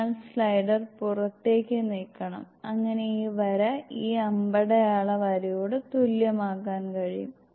നിങ്ങൾ സ്ലൈഡർ പുറത്തേക്ക് നീക്കണം അങ്ങനെ ഈ വര ഈ അമ്പടയാള വരയോട് തുല്യമാക്കാൻ കഴിയും